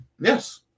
Yes